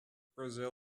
brazil